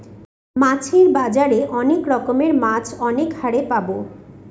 মাছের বাজারে অনেক রকমের মাছ অনেক হারে পাবো